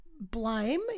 blame